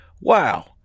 wow